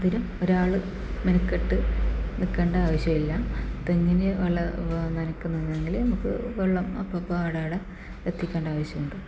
അതിലും ഒരാള് മെനക്കെട്ട് നിൽക്കേണ്ട ആവശ്യമില്ല തെങ്ങിന നനയ്ക്കുന്നതിന് ആണെങ്കില് നമുക്ക് വെള്ളം അപ്പപ്പം അവിടവിടെ എത്തിക്കേണ്ട ആവശ്യമുണ്ട്